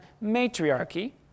matriarchy